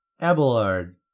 Abelard